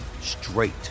straight